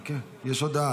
חכה, יש הודעה.